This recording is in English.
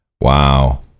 Wow